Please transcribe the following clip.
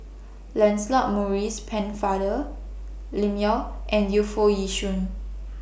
Lancelot Maurice Pennefather Lim Yau and Yu Foo Yee Shoon